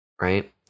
Right